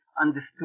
understood